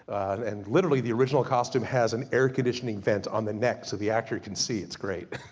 and literally the original costume, has an air conditioning vent on the neck, so the actor can see, it's great.